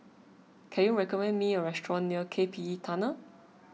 can you recommend me a restaurant near K P E Tunnel